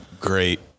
great